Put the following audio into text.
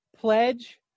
Pledge